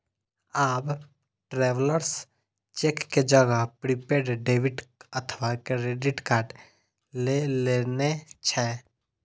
आब travellers cheque के जगह प्रीपेड डेबिट अथवा क्रेडिट कार्ड लए लेने छै